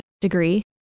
degree